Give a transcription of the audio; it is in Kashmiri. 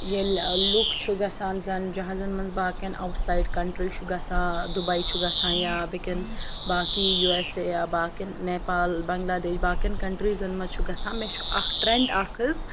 ییٚلہِ لُکھ چھِ گَژھان زَن جَہازَن منٛز باقٕیَن اَوُٹ سایِڈ کَنٹرٛی چھُ گَژھان دُبے چھُ گَژھان یا بیٚکیٚن باقٕے یوٗ ایس اے یا باقٕیَن نیپال بَنٛگلادیش یا باقیَن کَنٹریٖزَن منٛز چھُ گَژھان مےٚ چھُ اَکھ ٹرینٛڈ اَکھ حظ